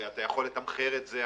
הרי אתה יכול לתמחר את זה,